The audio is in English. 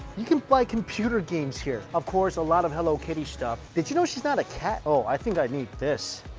you can buy computer games here. of course a lot of hello kitty stuff, did you know she's not a cat? oh, i think i need this.